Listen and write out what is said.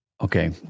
okay